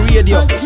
Radio